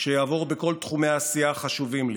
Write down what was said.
שיעבור בכל תחומי העשייה החשובים לי.